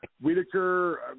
Whitaker